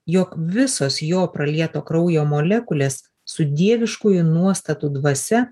jog visos jo pralieto kraujo molekulės su dieviškųjų nuostatų dvasia